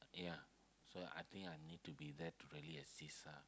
yeah so I think I need to be there to really assist her